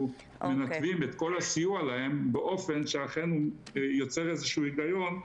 מנתבים את כל הסיוע להם באופן שאכן יוצר איזשהו היגיון,